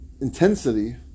intensity